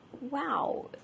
wow